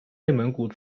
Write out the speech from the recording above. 内蒙古